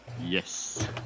Yes